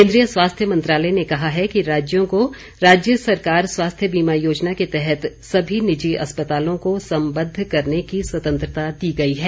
केन्द्रीय स्वास्थ्य मंत्रालय ने कहा है कि राज्यों को राज्य सरकार स्वास्थ्य बीमा योजना के तहत सभी निजी अस्पतालों को संबद्ध करने की स्वतंत्रता दी गई है